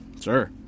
sure